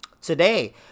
today